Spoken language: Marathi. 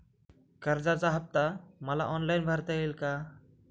कर्जाचा हफ्ता मला ऑनलाईन भरता येईल का?